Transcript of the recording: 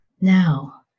Now